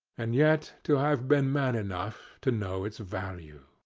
and yet to have been man enough to know its value.